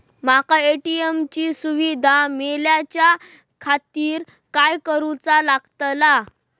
माका ए.टी.एम ची सुविधा मेलाच्याखातिर काय करूचा लागतला?